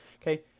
okay